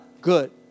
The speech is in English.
good